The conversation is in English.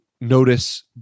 notice